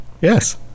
Yes